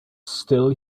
still